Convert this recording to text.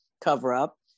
cover-up